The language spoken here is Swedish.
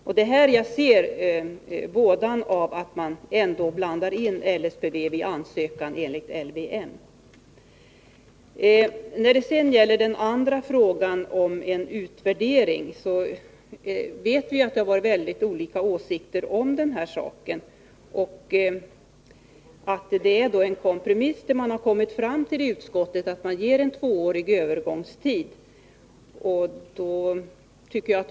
Det är här jag ser vådan av att man ändå blandar in LSPV i ansökan enligt LVM. När det gäller den andra frågan, om en utvärdering, vet vi att det har funnits många olika åsikter om den här saken och att det som man kommit fram till i utskottet, att ge en tvåårig övergångstid, är en kompromiss.